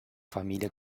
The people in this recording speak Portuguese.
família